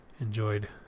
enjoyed